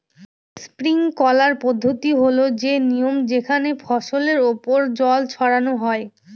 sprinkler পদ্ধতি হল সে নিয়ম যেখানে ফসলের ওপর জল ছড়ানো হয়